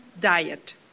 diet